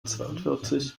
zweiundvierzig